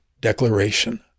declaration